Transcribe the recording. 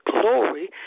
glory